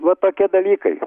va tokie dalykai